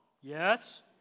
yes